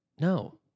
no